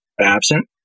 absent